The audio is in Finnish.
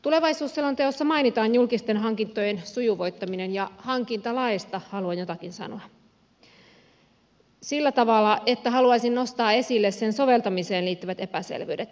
tulevaisuusselonteossa mainitaan julkisten hankintojen sujuvoittaminen ja hankintalaeista haluan jotakin sanoa sillä tavalla että haluaisin nostaa esille sen soveltamiseen liittyvät epäselvyydet